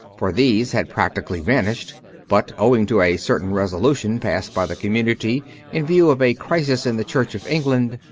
for these had practically vanished but, owing to a certain resolution passed by the community in view of a crisis in the church of england,